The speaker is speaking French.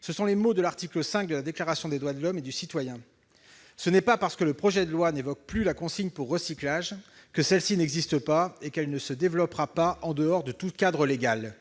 Ce sont les mots de l'article 5 de la Déclaration des droits de l'homme et du citoyen. Ce n'est pas parce que le projet de loi n'évoque plus la consigne pour recyclage que celle-ci n'existe pas et qu'elle ne se développera pas en dehors de tout cadre légal.